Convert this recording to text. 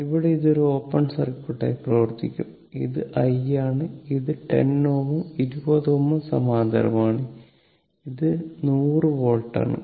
അവിടെ ഇത് ഒരു ഓപ്പൺ സർക്യൂട്ട് ആയി പ്രവർത്തിക്കും ഇത് i ആണ് ഇത് 10 Ω ഉം 20 Ω ഉം സമാന്തരമാണ് ഇത് 100 വോൾട്ട് ആണ്